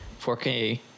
4K